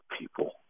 people